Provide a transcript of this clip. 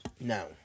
No